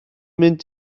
mynd